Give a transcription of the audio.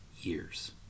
years